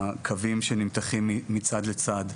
הקווים שנמתחים מצד לצד.